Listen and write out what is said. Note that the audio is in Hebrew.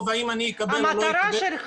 ואם אני אקבל או לא אקבל --- סליחה,